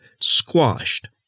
squashed